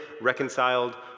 reconciled